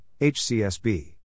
HCSB